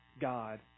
god